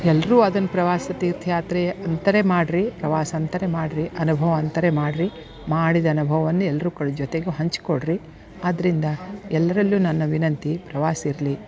ಎಲ್ಲರೂ ಅದನ್ನು ಪ್ರವಾಸ ತೀರ್ಥಯಾತ್ರೆ ಅಂತಾನೇ ಮಾಡಿರಿ ಪ್ರವಾಸ ಅಂತಾನೇ ಮಾಡಿರಿ ಅನುಭವ ಅಂತಾನೇ ಮಾಡಿರಿ ಮಾಡಿದ ಅನುಭವವನ್ನು ಎಲ್ಲರ ಜೊತೆಗೆ ಹಂಚಿಕೊಳ್ರಿ ಅದರಿಂದ ಎಲ್ಲರಲ್ಲು ನನ್ನ ವಿನಂತಿ ಪ್ರವಾಸ ಇರಲಿ